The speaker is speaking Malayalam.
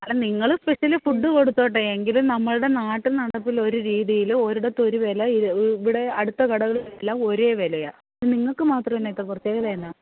അല്ല നിങ്ങള് സ്പെഷ്യല് ഫുഡ് കൊടുത്തോട്ടെ എങ്കിലും നമ്മളുടെ നാട്ടു നടപ്പില് ഒരു രീതിയില് ഒരിടത്ത് ഒരു വില ഇ ഇവിടെ അടുത്ത കടകളിലെല്ലാം ഒരേ വിലയാണ് അപ്പോൾ നിങ്ങൾക്ക് മാത്രം എന്താണ് ഇത്ര പ്രത്യേകത എന്നാ